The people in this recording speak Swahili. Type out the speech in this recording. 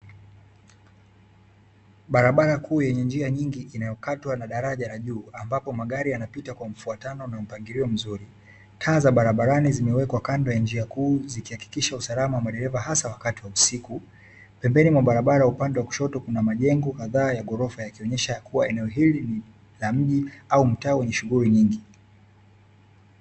Barabara kuu yenye njia nyingi inayokatwa na daraja la juu ambapo magari yanapita kwa mfuatano na mpangilio mzuri. Taa za barabarani zimewekwa kando ya njia kuu zikihakikisha usalama wa madereva hasa wakati wa usiku. Pembeni mwa barabara upande wa kushoto kuna majengo kadhaa ya ghorofa yakionyesha kuwa eneo hili la mji au mtaa wenye shughuli nyingi.